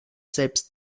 selbst